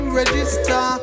register